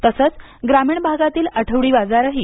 तसच ग्रामीण भागातील आठवडी बाजारही दि